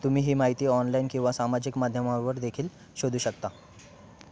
तुम्ही ही माहिती ऑनलाईन किंवा सामाजिक माध्यमावर देखील शोधू शकता